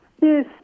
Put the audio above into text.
Yes